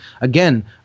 again